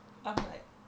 I'm like